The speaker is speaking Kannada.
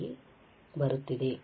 ಆಗಿ ಬರುತ್ತಿದೆ